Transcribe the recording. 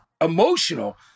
emotional